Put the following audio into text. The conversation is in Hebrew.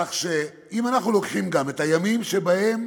כך שאם אנחנו לוקחים גם את הימים שבהם